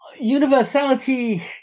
universality